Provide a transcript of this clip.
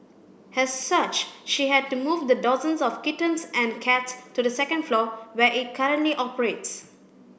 as such she had to move the dozens of kittens and cats to the second floor where it currently operates